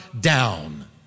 down